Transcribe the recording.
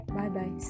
Bye-bye